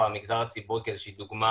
או המגזר הציבורי כאיזו שהיא דוגמה